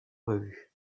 revue